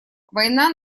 война